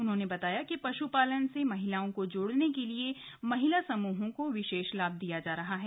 उन्होंने बताया कि पशुपालन से महिलाओं को जोड़ने के लिए महिला समूहों को विशेष लाभ दिया जा रहा है